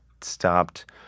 stopped